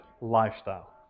lifestyle